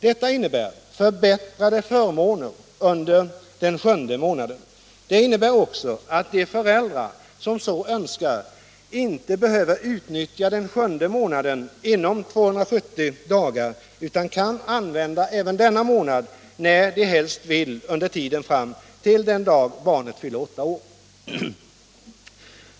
Detta innebär förbättrade förmåner under den sjunde månaden. Det innebär också att de föräldrar som så önskar inte behöver utnyttja den sjunde månaden inom 270 dagar utan kan använda även denna månad när de helst vill under tiden fram till den dag barnet fyller åtta år.